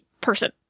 person